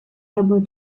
unable